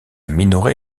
minoret